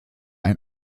ein